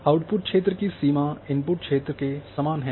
output क्षेत्र की सीमा इनपुट क्षेत्र के समान है